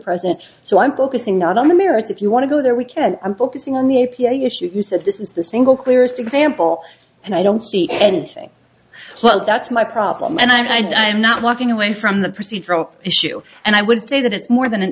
present so i'm focusing not on the merits if you want to go there we can i'm focusing on the a p a issue you said this is the single clearest example and i don't see anything well that's my problem and i'd i'm not walking away from the procedural issue and i would say that it's more than an